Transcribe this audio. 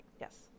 Yes